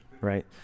Right